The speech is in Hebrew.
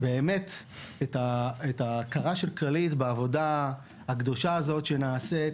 ובאמת את ההכרה של כללית בעבודה הקדושה הזאת שנעשית